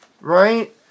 Right